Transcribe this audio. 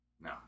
No